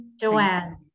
Joanne